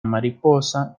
mariposa